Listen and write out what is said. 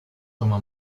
toma